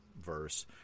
verse